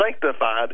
sanctified